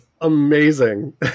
amazing